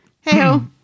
Hey-ho